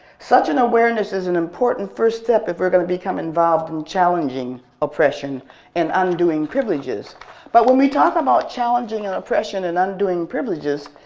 such an awareness is an important first step if we're going to become involved in challenging oppression and undoing privileges but when we talk about challenging an and oppression and undoing privileges,